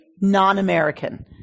non-american